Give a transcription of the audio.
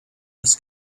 his